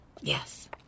Yes